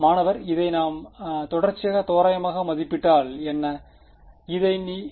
மாணவர் இதை நாம் தொடர்ச்சியாக தோராயமாக மதிப்பிட்டால் என்ன குறிப்பு நேரம் 1428